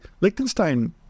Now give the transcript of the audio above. Liechtenstein